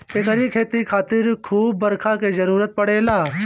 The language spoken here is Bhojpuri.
एकरी खेती खातिर खूब बरखा के जरुरत पड़ेला